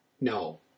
No